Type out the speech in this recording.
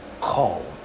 Call